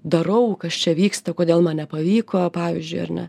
darau kas čia vyksta kodėl man nepavyko pavyzdžiui ar ne